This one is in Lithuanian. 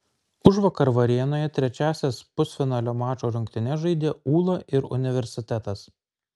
užvakar varėnoje trečiąsias pusfinalinio mačo rungtynes žaidė ūla ir universitetas